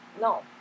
No